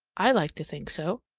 i like to think so.